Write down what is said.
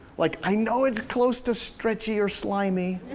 like, i know it's close to stretchy or slimy.